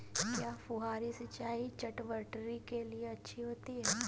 क्या फुहारी सिंचाई चटवटरी के लिए अच्छी होती है?